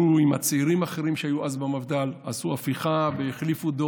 הוא עם צעירים אחרים שהיו אז במפד"ל עשו הפיכה והחליפו דור.